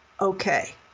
Okay